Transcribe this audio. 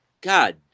God